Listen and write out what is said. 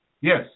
Yes